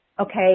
okay